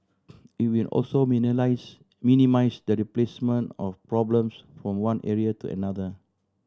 it will also minimise the displacement of problems from one area to another